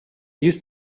used